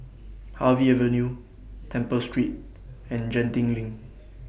Harvey Avenue Temple Street and Genting LINK